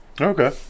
Okay